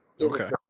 Okay